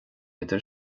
idir